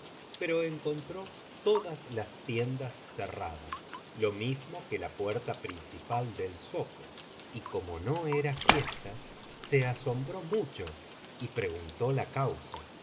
pero encontró todas las tiendas cerradas lo mismo que la puerta principal del zoco y como no era fiesta se asombró mucho y preguntó la causa